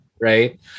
Right